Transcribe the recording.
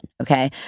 Okay